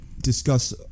discuss